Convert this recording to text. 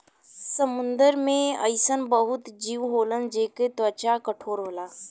समुंदर में अइसन बहुते जीव होलन जेकर त्वचा कठोर होला